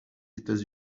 états